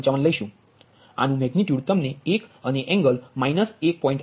03155 લઈશું આ નુ મેગનિટ્યુડ તમને 1 અને એંગલ માઈનસ 1